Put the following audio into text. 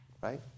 Right